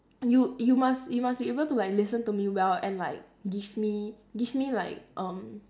you you must you must be able to like listen to me well and like give me give me like um